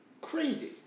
crazy